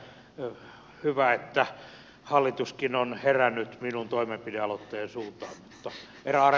hyvä että hallituskin on herännyt minun toimenpidealoitteeni suuntaan jos veroale